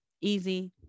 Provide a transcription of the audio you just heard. easy